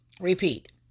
repeat